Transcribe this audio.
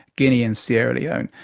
guinea and sierra leone.